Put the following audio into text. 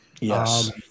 Yes